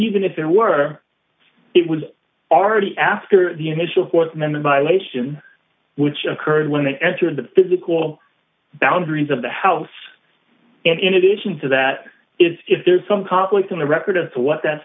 even if there were it was already after the initial force and then the violation which occurred when they entered the physical boundaries of the house and in addition to that if there's some conflict on the record as to what that